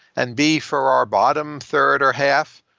and b, for our bottom third or half,